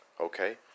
Okay